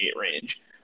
range